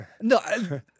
No